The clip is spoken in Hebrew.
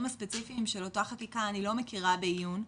הספציפיים של אותה חקיקה אני לא מכירה בעיון,